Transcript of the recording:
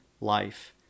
life